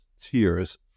Tears